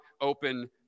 open